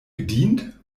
gedient